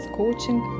coaching